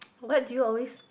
what do you always